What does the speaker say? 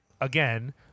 again